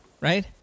right